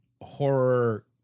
horror